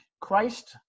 Christ